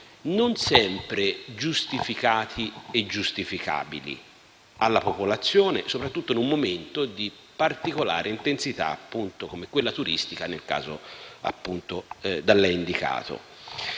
non sempre giustificati e giustificabili alla popolazione, soprattutto in un momento di particolare intensità turistica, come nel caso da lei indicato.